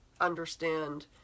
understand